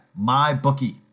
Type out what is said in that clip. MyBookie